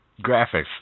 graphics